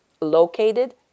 located